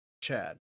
Chad